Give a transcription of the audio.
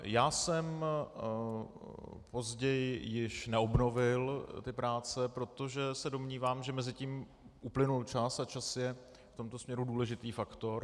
Já jsem později již neobnovil ty práce, protože se domnívám, že mezitím uplynul čas, a čas je v tomto směru důležitý faktor.